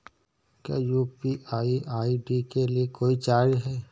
क्या UPI ID के लिए कोई चार्ज है?